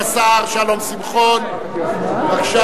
ישיב השר שלום שמחון, בבקשה.